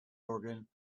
organ